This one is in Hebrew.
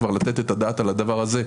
כבר לתת את הדעת על הדבר הזה,